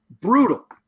brutal